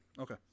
Okay